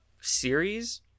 series